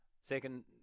second